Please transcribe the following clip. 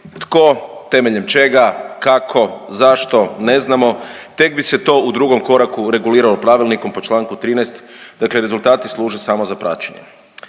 tko, temeljem čega, kako, zašto, ne znamo. Tek bi se to u drugom koraku reguliralo Pravilnikom po čl. 13, dakle rezultati služe samo za praćenje.